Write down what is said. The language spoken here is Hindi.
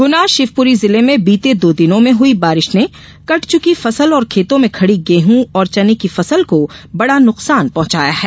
गुना शिवपुरी जिले में बीते दो दिनों में हुई बारिश ने कट चुकी फसल और खेतों में खड़ी गेहूं और चने की फसल को बड़ा नुकसान पहुंचाया है